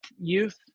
youth